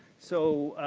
so,